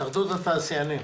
התאחדות התעשיינים.